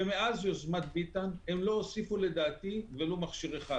מאז יוזמת ביטן הם לא הוסיפו לדעתי ולו מכשיר אחד,